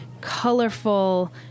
colorful